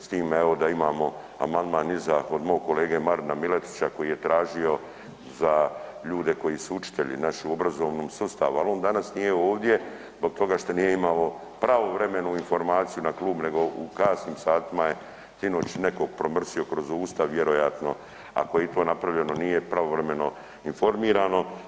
S time evo, da imamo amandman iza od mog kolege Marina Miletića koji je tražio za ljude koji su učitelji u našem obrazovnom sustavu, ali on danas nije ovdje zbog toga što nije imao pravovremenu informaciju na klub, nego u kasnim satima je sinoć netko promrsio kroz usta vjerojatno, ako je i to napravljeno, nije pravovremeno informirano.